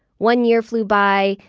one year flew by,